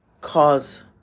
cause